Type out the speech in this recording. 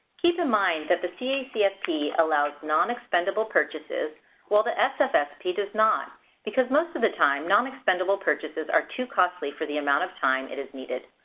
keep in mind that the cacfp allows nonexpendable purchases while the sfsp does not because most of the time nonexpendable purchases are too costly for the amount of time it is needed.